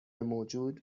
موجود